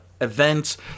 events